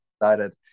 excited